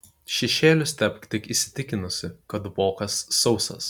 šešėlius tepk tik įsitikinusi kad vokas sausas